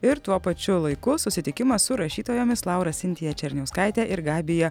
ir tuo pačiu laiku susitikimas su rašytojomis laura sintija černiauskaite ir gabija